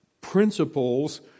principles